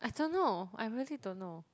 I don't know I really don't know